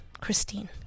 Christine